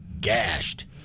Gashed